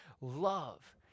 Love